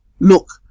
Look